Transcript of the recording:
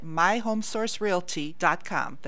myhomesourcerealty.com